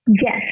Yes